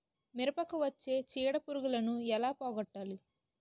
మిరపకు వచ్చే చిడపురుగును ఏల పోగొట్టాలి?